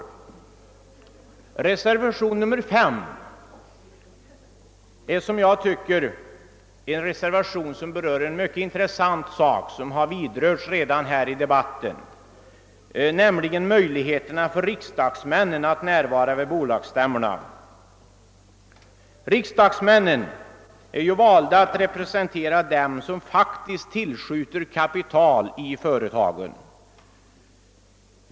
Reservation 5 avser en, som jag tycker, intressant sak, som redan har vidrörts här i debatten, nämligen möjligheterna för riksdagsmännen att närvara vid bolagsstämmorna. Riksdagsmännen är ju valda att representera dem som faktiskt tillskjuter kapitalet i företagen.